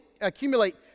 accumulate